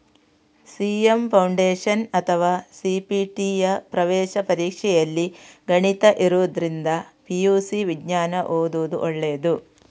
CA foundation ಅಥವಾ ಸಿ.ಪಿ.ಟಿಯ ಪ್ರವೇಶ ಪರೀಕ್ಷೆಯಲ್ಲಿ ಗಣಿತ ಇರುದ್ರಿಂದ ಪಿ.ಯು.ಸಿ ವಿಜ್ಞಾನ ಓದುದು ಒಳ್ಳೇದು